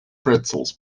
pretzels